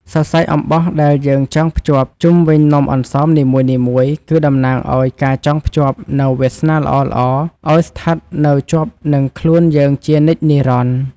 សរសៃអំបោះដែលយើងចងខ្ជាប់ជុំវិញនំអន្សមនីមួយៗគឺ តំណាងឱ្យការចងភ្ជាប់នូវវាសនាល្អៗឱ្យស្ថិតនៅជាប់នឹងខ្លួនយើងជានិច្ចនិរន្តរ៍។